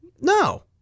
no